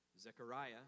Zechariah